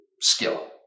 skill